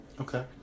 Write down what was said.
okay